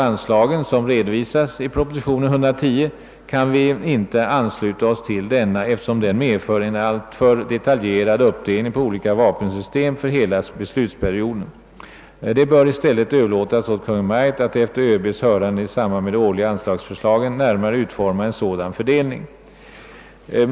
anslagen som redovisas i proposition nr 110 kan vi inte anta, eftersom den medför en alltför detaljerad uppdelning på olika vapensystem för hela beslutsperioden. Det bör i stället överlåtas åt Kungl. Maj:t att efter ÖB:s hörande i samband med behandlingen av de årliga anslagsförslagen närmare utforma en sådan fördelning.